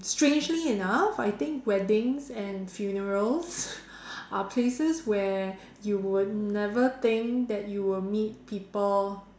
strangely enough I think weddings and funerals are places where you would never think that you would meet people